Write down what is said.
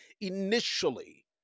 initially